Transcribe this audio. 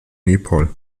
nepal